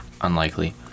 unlikely